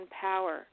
power